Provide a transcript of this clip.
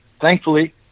thankfully